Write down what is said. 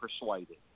persuaded